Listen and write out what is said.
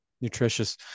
nutritious